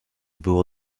było